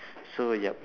so yup